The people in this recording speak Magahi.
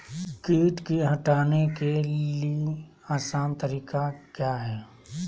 किट की हटाने के ली आसान तरीका क्या है?